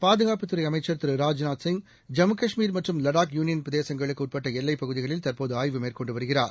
பாதுகாப்புத் துறைஅமைச்சர் திரு ராஜ்நாத்சிங் ஜம்மு கஷ்மீர் மற்றம் லடாக் யூனியன் பிரதேசங்களுக்குஉட்பட்டஎல்லைப்பகுதிகளில் தற்போதுஆய்வு மேற்கொண்டுவருகிறார்